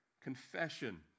confession